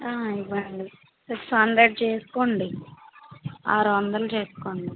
ఇవ్వండి six hundred చేసుకోండి ఆరు వందలు చేసుకోండి